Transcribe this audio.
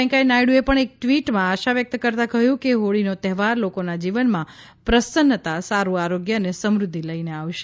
વેંકૈયા નાયડુએ પણ એક ટ્વીટમાં આશા વ્યક્ત કરી છે કે હોળીનો તહેવાર લોકોના જીવનમાં પ્રસન્નતા સાડું આરોગ્ય અને સમૃદ્ધિ લઈને આવશે